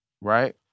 right